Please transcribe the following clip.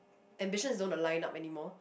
ambitions don't align up anymore